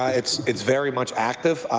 ah it's it's very much active.